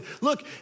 look